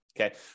okay